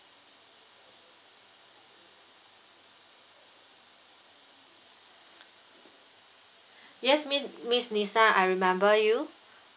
yes mi~ miss lisa I remember you